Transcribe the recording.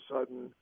sudden